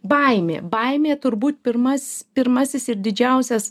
baimė baimė turbūt pirmas pirmasis ir didžiausias